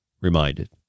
reminded